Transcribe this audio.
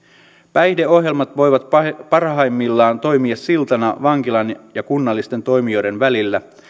päihdeohjelmat voivat parhaimmillaan toimia siltana vankilan ja kunnallisten toimijoiden välillä